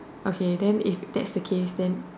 okay then if that's the case then